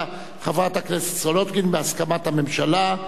חברת הכנסת סולודקין בהסכמת הממשלה.